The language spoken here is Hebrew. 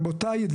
רבותיי.